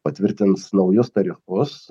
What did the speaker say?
patvirtins naujus tarifus